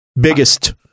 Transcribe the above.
biggest